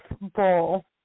bowl